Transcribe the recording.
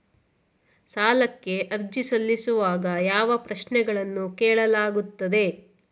ಸಾಲಕ್ಕೆ ಅರ್ಜಿ ಸಲ್ಲಿಸುವಾಗ ಯಾವ ಪ್ರಶ್ನೆಗಳನ್ನು ಕೇಳಲಾಗುತ್ತದೆ?